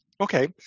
Okay